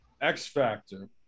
X-Factor